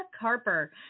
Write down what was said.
Carper